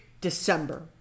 December